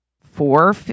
four